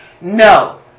no